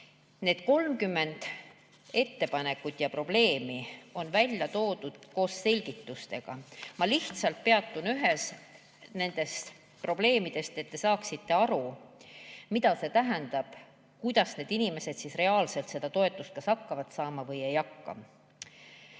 Need 30 ettepanekut ja probleemi on välja toodud koos selgitustega. Ma peatun ühel nendest probleemidest, et te saaksite aru, mida see tähendab, kuidas need inimesed reaalselt seda toetust hakkavad saama või siis ei hakka